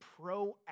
proactive